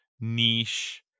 niche